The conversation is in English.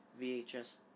VHS